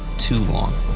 too long.